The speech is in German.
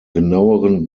genaueren